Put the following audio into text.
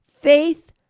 faith